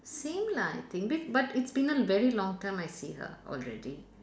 same lah I think bi~ but it's been a very long time I see her already